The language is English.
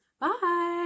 Bye